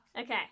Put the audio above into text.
okay